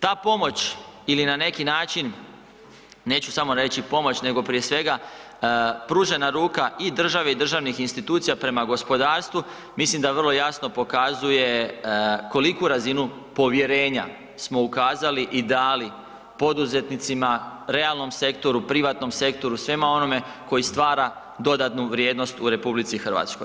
Ta pomoć ili na neki način, neću samo reći pomoć nego prije svega pružena ruka i države i državnih institucija prema gospodarstvu, mislim da vrlo jasno pokazuje koliku razinu povjerenja smo ukazali i dali poduzetnicima, realnom sektoru, privatnom sektoru, svemu onome koji stvari dodatnu vrijednost u RH.